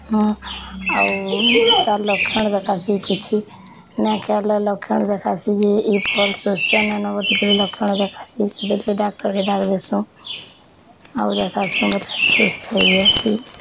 ହଁ ଆଉ ତାର ଲକ୍ଷଣ ଦେଖାସି କିଛି ନାଇ ଖାଇଲେ ଲକ୍ଷଣ ଦେଖାସି ଯେ ଏ ଫଳ ସୁସ୍ଥ ନା ଲକ୍ଷଣ ଦେଖାସି ଯେତେ ଡକ୍ଟର୍ ଡାକେ ଦେସୁଁ ଆଉ ଦେଖାସୁଁ ସୁସ୍ଥ ହେଇ ଆସି